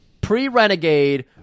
pre-renegade